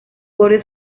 borde